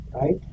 right